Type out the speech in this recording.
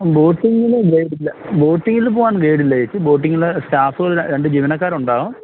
ബോട്ടിങ്ങിൽ guide ഇല്ല ബോട്ടിങ്ങിൽ പോവാൻ ഗൈഡ് ഇല്ല ചേച്ചി ബോട്ടിങ്ങിൽ സ്റ്റാഫുകൾ രണ്ട് ജീവനക്കാർ ഉണ്ടാവും